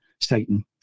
Satan